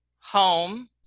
home